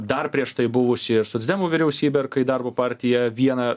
dar prieš tai buvusi ir socdemų vyriausybė ir kai darbo partija vieną